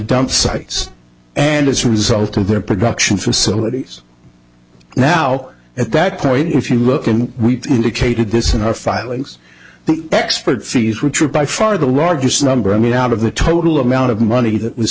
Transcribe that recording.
dump sites and as a result of their production facilities now at that point if you look and we indicated this in our filings expert fees which are by far the largest number i mean out of the total amount of money that was